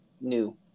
new